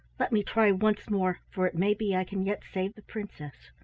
let me try once more, for it may be i can yet save the princess.